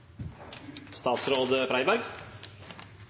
statsråd